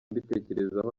mbitekerezaho